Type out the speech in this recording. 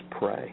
pray